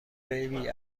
فیبی